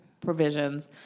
provisions